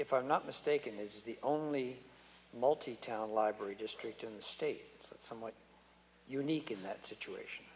if i'm not mistaken is the only multi town library district in the state that somewhat unique in that situation